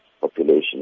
population